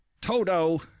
Toto